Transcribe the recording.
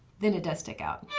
then it does stick out. yeah